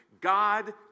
God